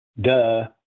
Duh